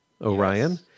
Orion